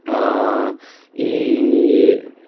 ఈ